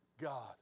God